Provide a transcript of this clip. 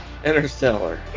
Interstellar